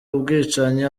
ubwicanyi